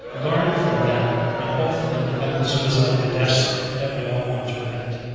learn from them, and hopefully prevent the suicide and the deaths that we all want to prevent.